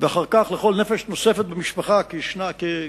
ואחר כך לכל נפש נוספת במשפחה כ-2.5,